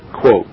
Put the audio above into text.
Quote